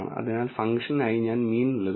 അതിനാൽ ഫംഗ്ഷനായി ഞാൻ mean നൽകുന്നു